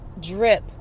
drip